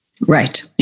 Right